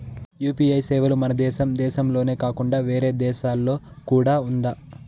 UPI సేవలు మన దేశం దేశంలోనే కాకుండా వేరే దేశాల్లో కూడా ఉందా?